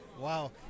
Wow